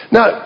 Now